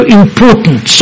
important